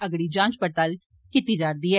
अगड़ी जांच पड़ताल कीती जा'रदी ऐ